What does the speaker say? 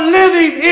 living